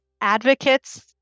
advocates